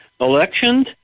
elections